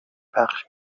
پخش